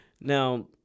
Now